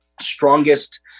strongest